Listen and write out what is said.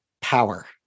power